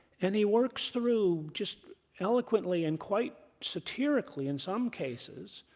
and he works through, just eloquently and quite satirically in some cases,